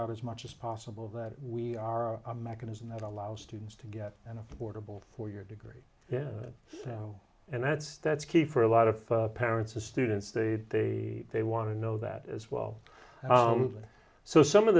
out as much as possible that we are a mechanism that allows students to get an affordable four year degree yeah now and that's that's key for a lot of parents the students they they they want to know that as well